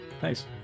thanks